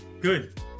Good